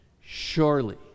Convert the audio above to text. Surely